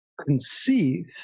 conceive